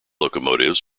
locomotives